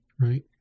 Right